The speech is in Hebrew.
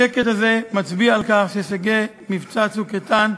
השקט הזה מצביע על כך שהישגי מבצע "צוק איתן"